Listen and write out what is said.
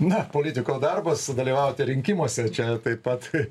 na politiko darbas dalyvauti rinkimuose čia taip pat